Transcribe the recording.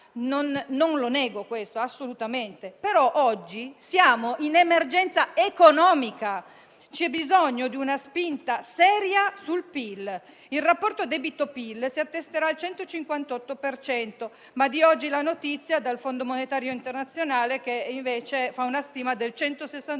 non lo nego assolutamente, ma oggi siamo in emergenza economica e c'è bisogno di una spinta seria sul PIL. Il rapporto debito-PIL si attesterà al 158 per cento, ma oggi il Fondo monetario internazionale fa invece una stima del 161